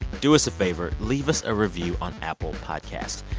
do us a favor. leave us a review on apple podcasts.